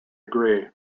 agree